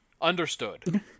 Understood